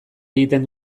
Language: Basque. egiten